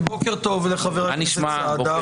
בוקר טוב לחבר הכנסת סעדה.